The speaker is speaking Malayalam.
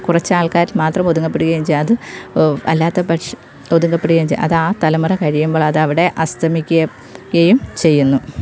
കുറച്ചാൾക്കാർ മാത്രം ഒതുങ്ങപ്പെടുകയും ചെയ്യും അത് അല്ലാത്ത പക്ഷം ഒതുങ്ങപ്പെടുകയും ചെയ്യുന്നു അതാ തലമുറ കഴിയുമ്പോഴതവിടെ അസ്തമിക്കയും ക്കയും ചെയ്യുന്നു